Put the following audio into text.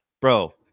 bro